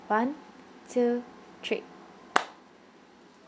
one two three